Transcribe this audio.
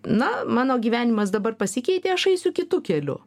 na mano gyvenimas dabar pasikeitė aš eisiu kitu keliu